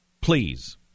Please